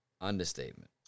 Understatement